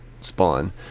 spawn